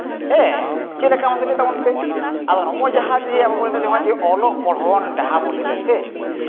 ᱦᱮᱸ ᱪᱮᱫ ᱞᱮᱠᱟ ᱢᱟᱥᱮ ᱞᱟᱹᱭ ᱛᱟᱵᱚᱱ ᱯᱮ ᱟᱫᱚ ᱱᱚᱜᱼᱚᱭ ᱡᱟᱦᱟᱸ ᱡᱮ ᱟᱵᱚ ᱵᱚᱱ ᱞᱟᱹᱭᱫᱟ ᱱᱚᱜᱼᱚᱭ ᱡᱮ ᱚᱞᱚᱜ ᱯᱚᱲᱦᱚᱱ ᱰᱟᱦᱟᱨ ᱵᱚᱱ ᱞᱟᱹᱭ ᱮᱫᱟ ᱥᱮ